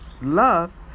Love